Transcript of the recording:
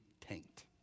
tanked